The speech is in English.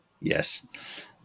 yes